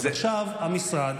אז עכשיו המשרד,